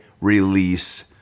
release